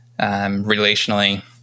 relationally